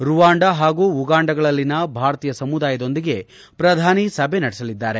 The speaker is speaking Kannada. ರುವಾಂಡ ಹಾಗೂ ಉಗಾಂಡಗಳಲ್ಲಿನ ಭಾರತೀಯ ಸಮುದಾಯದೊಂದಿಗೆ ಪ್ರಧಾನಿ ಸಭೆ ನಡೆಸಲಿದ್ದಾರೆ